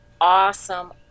awesome